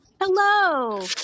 Hello